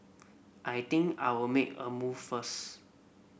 I think I'll make a move first